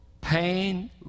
pain